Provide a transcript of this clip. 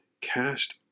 cast